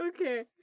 Okay